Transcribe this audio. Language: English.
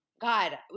God